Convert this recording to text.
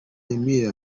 emile